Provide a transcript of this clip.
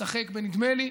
לשחק ב"נדמה לי".